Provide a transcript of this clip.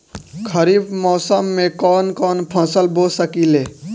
खरिफ मौसम में कवन कवन फसल बो सकि ले?